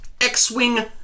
X-Wing